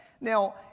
Now